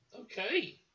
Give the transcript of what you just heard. Okay